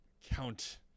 Count